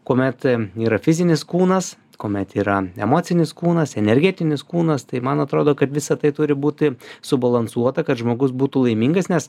kuomet yra fizinis kūnas kuomet yra emocinis kūnas energetinis kūnas tai man atrodo kad visa tai turi būti subalansuota kad žmogus būtų laimingas nes